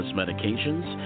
medications